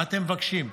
מה אתם מבקשים?